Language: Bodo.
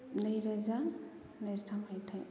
नैरोजा नैजिथाम मायथाइ